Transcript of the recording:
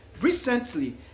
recently